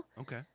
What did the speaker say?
Okay